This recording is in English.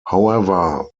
however